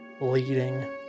leading